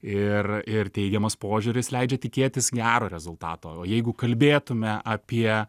ir ir teigiamas požiūris leidžia tikėtis gero rezultato o jeigu kalbėtume apie